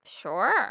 sure